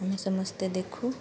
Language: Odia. ଆମେ ସମସ୍ତେ ଦେଖୁ